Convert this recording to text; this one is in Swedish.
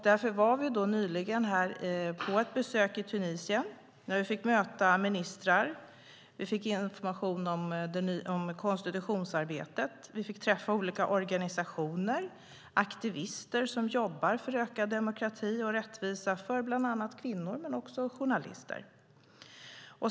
Därför var vi nyligen på besök i Tunisien. Vi fick möta ministrar, vi fick information om konstitutionsarbetet och vi fick träffa olika organisationer och aktivister som jobbar för ökad demokrati och rättvisa för bland annat kvinnor och journalister.